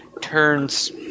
turns